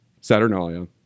Saturnalia